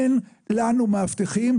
אין לנו מאבטחים.